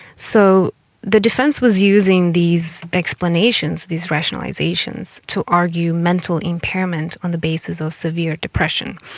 so the defence was using these explanations, these rationalisations, to argue mental impairment on the basis of severe depression.